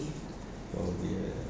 probably ya